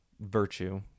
virtue